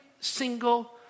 single